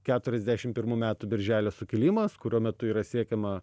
keturiasdešim pirmų metų birželio sukilimas kurio metu yra siekiama